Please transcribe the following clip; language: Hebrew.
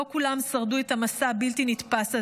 לא כולם שרדו את המסע הבלתי-נתפס הזה.